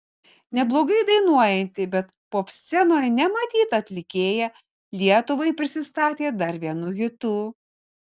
neblogai dainuojanti bet popscenoje nematyta atlikėja lietuvai prisistatė dar vienu hitu